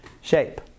shape